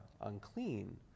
unclean